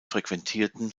frequentierten